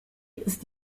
ist